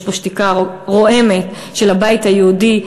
יש פה שתיקה רועמת של הבית היהודי,